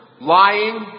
lying